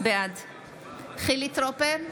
בעד חילי טרופר,